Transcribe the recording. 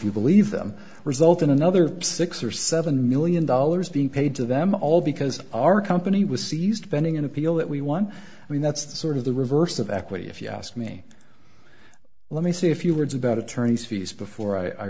you believe them result in another six or seven million dollars being paid to them all because our company was seized bending an appeal that we won i mean that's the sort of the reverse of equity if you ask me let me see if you were it's about attorneys fees before i